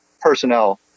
personnel